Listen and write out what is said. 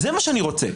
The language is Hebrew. זה מה שאני רוצה.